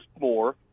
more